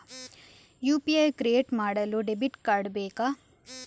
UPI create ಮಾಡಲು debit card ಬೇಕಾ?